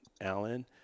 Alan